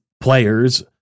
players